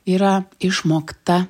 yra išmokta